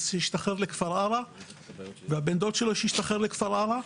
השתחרר לכפר עארה והבן דוד שלו שהשתחרר לכפר עארה,